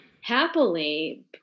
Happily